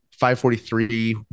543